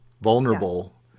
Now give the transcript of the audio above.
vulnerable